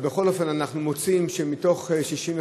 בכל אופן אנו מוצאים שמתוך 65